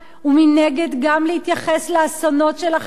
ומנגד גם להתייחס לאסונות של אחרים,